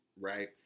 right